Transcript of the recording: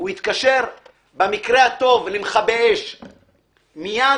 הוא יתקשר במקרה הטוב למכבי אש מיד,